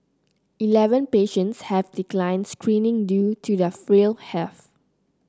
eleven patients have declined screening due to their frail health